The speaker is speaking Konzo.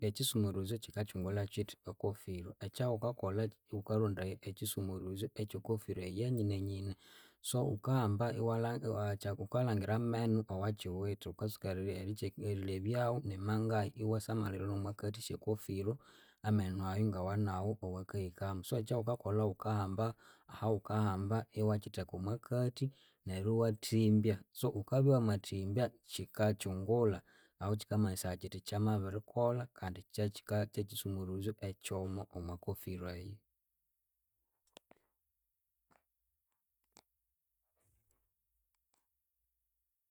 Ekyisumuruzyo kyikakyungulha kyithi ekofiru, ekyawukakolha wukarondaya ekyisumuruzyo ekyekofiru eyu yanyinenyine. So wukahamba wukalhangira amenu awakyiwithe wukatsuka erilebyawu nimangahi iwasamalhira nomwakathi sye kofiru amenu ayu ngawanawu awakahikamu. So ekya wukakolha wukahamba ahawukahamba iwakyitheka omwakathi neryu iwathimbya. So wukabya wamathimbya kyikakyungulha ahu kyikamanyisaya kyithi kyamabirikolha kandi kyakyika kyekyisumuruzyo ekyomo kofiru eyu